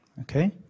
Okay